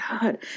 God